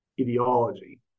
ideology